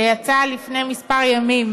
שיצא לפני כמה ימים,